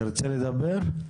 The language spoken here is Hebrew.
תרצה לדבר?